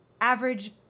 average